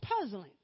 puzzling